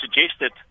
suggested